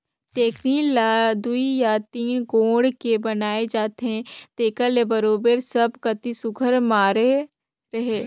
टेकनी ल दुई या तीन गोड़ के बनाए जाथे जेकर ले बरोबेर सब कती सुग्घर माढ़े रहें